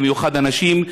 במיוחד הנשים,